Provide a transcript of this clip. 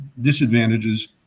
disadvantages